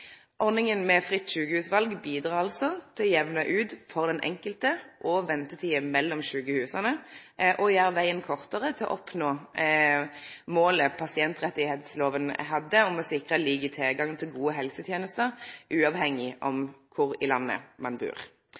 med fritt sjukehusval bidreg altså til å jamne ut for den enkelte og ventetida mellom sjukehusa og gjer vegen kortare for å oppnå det målet pasientrettigheitsloven hadde om å sikre lik tilgang til gode helsetenester, uavhengig av kor i landet ein bur.